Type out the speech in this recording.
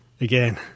again